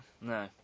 no